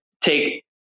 take